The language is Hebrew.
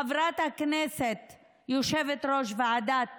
חברת הכנסת יושבת-ראש ועדת